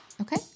okay